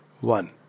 one